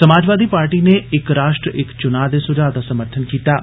Samajwadi party नै इक राष्ट्र इक चुनांऽ दे सुझाव दा समर्थन कीता ऐ